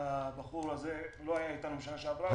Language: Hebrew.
הבחור הזה מהאוצר לא היה איתנו שנה שעברה,